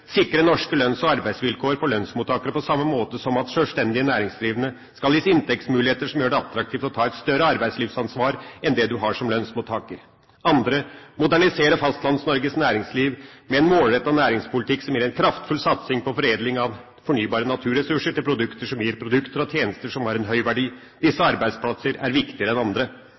sikre norske lønns- og arbeidsvilkår for lønnsmottakere på samme måte som at sjølstendig næringsdrivende skal gis inntektsmuligheter som gjør det attraktivt å ta et større arbeidslivsansvar enn det man har som lønnsmottaker. Den andre er å modernisere Fastlands-Norges næringsliv med en målrettet næringspolitikk som gir en kraftfull satsing på foredling av fornybare naturressurser til produkter som gir produkter og tjenester som har en høy verdi. Disse arbeidsplassene er viktigere enn andre.